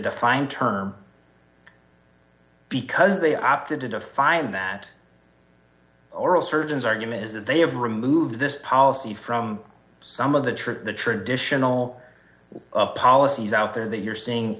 defined term because they opted to define that oral surgeons argument is that they have removed this policy from some of the trip the traditional policies out there that you're seeing